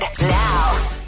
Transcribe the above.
now